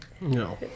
No